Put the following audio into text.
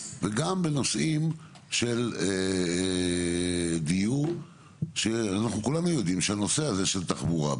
וגם בנושאים של דיור שאנחנו כולם יודעים שהנושא הזה של תחבורה,